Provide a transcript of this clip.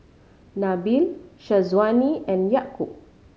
Nabil Syazwani and Yaakob